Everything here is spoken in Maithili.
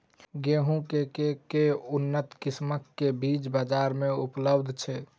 गेंहूँ केँ के उन्नत किसिम केँ बीज बजार मे उपलब्ध छैय?